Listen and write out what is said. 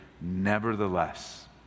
Nevertheless